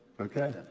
Okay